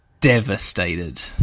devastated